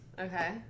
Okay